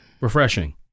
Refreshing